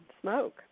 smoke